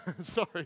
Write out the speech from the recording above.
Sorry